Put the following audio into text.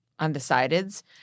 undecideds